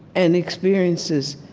and experiences,